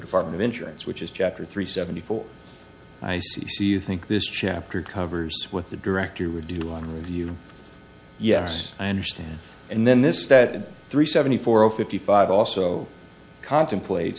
department of insurance which is chapter three seventy four i see so you think this chapter covers what the director would do on review yes i understand and then this that and three seventy four zero fifty five also contemplate